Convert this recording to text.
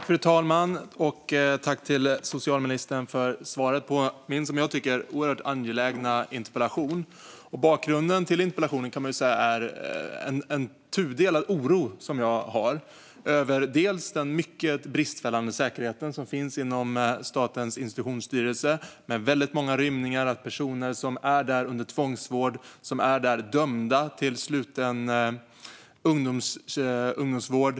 Fru talman! Jag tackar socialministern för svaret på min interpellation, som jag tycker är oerhört angelägen. Bakgrunden till interpellationen är en tudelad oro som jag har. Jag är orolig över den mycket bristfälliga säkerheten inom Statens institutionsstyrelse, med väldigt många rymningar av personer som är där under tvångsvård eller är dömda till sluten ungdomsvård.